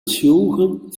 tsjûgen